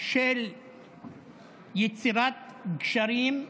של יצירת גשרים,